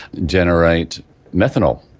generate methanol.